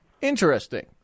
Interesting